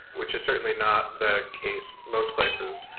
which is certainly not the case most places.